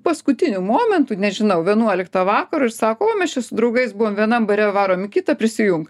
paskutiniu momentu nežinau vienuoliktą vakaro ir sako o mes čia su draugais buvom vienam bare varom į kitą prisijunk